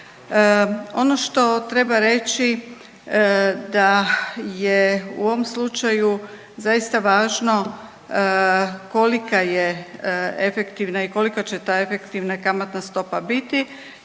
Ono što treba reći da je u ovom slučaju zaista važno kolika je efektivna i koliko će ta efektivna kamatna stopa biti